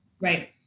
Right